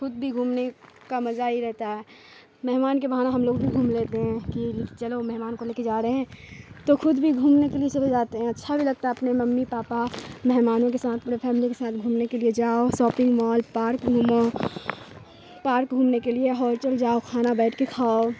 خود بھی گھومنے کا مزہ ہی رہتا ہے مہمان کے بہانے ہم لوگ بھی گھوم لیتے ہیں کہ چلو مہمان کو لے کے جا رہے ہیں تو خود بھی گھومنے کے لیے چلے جاتے ہیں اچھا بھی لگتا ہے اپنے ممی پاپا مہمانوں کے ساتھ پورے فیملی کے ساتھ گھومنے کے لیے جاؤ شاپنگ مال پارک گھومو پارک گھومنے کے لیے ہوٹل جاؤ کھانا بیٹھ کے کھاؤ